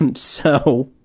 um so,